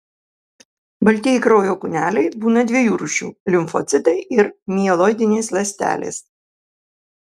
baltieji kraujo kūneliai būna dviejų rūšių limfocitai ir mieloidinės ląstelės